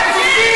אתה מחלק צל"שים?